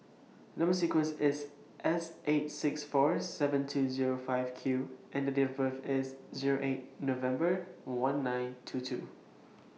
Number sequence IS S eight six four seven two Zero five Q and The Date of birth IS Zero eight November one nine two two